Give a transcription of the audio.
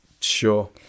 Sure